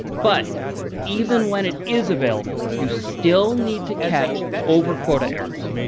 but even when it is available, you still need to catch over quota errors.